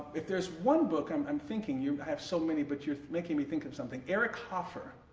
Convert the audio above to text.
if there's one book i'm i'm thinking you have so many but you're making me think of something eric hoffer,